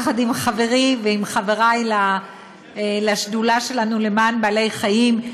יחד עם חברִי ועם חברַי לשדולה שלנו למען בעלי החיים,